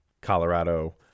Colorado